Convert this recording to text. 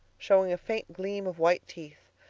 showing a faint gleam of white teeth,